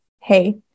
hey